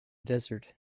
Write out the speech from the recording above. desert